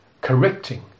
correcting